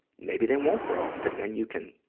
maybe they won't grow, but then you can,